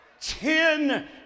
ten